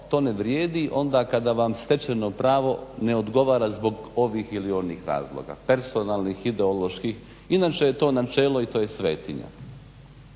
to ne vrijedi onda kada vam stečeno pravo ne odgovara zbog ovih ili onih razloga, personalnih, ideoloških. Inače je to načelo i to je svetinja.